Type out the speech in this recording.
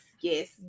yes